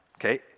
Okay